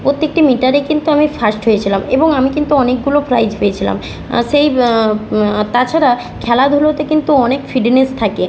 প্রত্যেকটি মিটারে কিন্তু আমি ফার্স্ট হয়েছিলাম এবং আমি কিন্তু অনেকগুলো প্রাইজ পেয়েছিলাম সেই তাছাড়া খেলাধুলোতে কিন্তু অনেক ফিটনেস থাকে